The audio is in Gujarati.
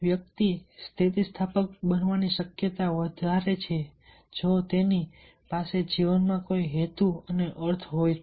વ્યક્તિ સ્થિતિસ્થાપક બનવાની શક્યતા વધારે છે જો તેની પાસે જીવનમાં કોઈ હેતુ અને અર્થ હોય તો